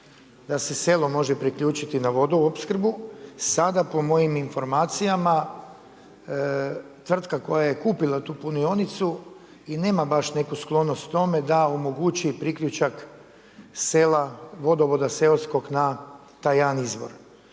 da se selo može priključiti na vodoopskrbu. Sada po mojim informacijama tvrtka koja je kupila tu punionicu i nema baš neku sklonost tome da omogući priključak sela vodovoda seoskog na taj jedan izvor.